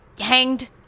hanged